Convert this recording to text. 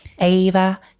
Ava